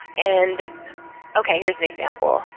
and okay, here's an example.